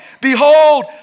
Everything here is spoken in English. Behold